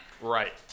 Right